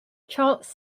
charles